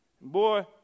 Boy